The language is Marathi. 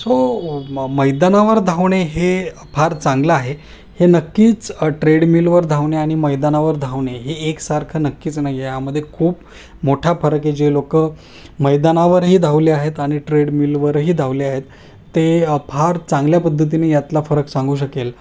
सो मैदानावर धावणे हे फार चांगलं आहे हे नक्कीच ट्रेडमीलवर धावणे आणि मैदानावर धावणे हे एकसारखं नक्कीच नाही यामध्ये खूप मोठा फरक आहे जे लोक मैदानावरही धावले आहेत आणि ट्रेडमिलवरही धावले आहेत ते फार चांगल्या पद्धतीने यातला फरक सांगू शकेल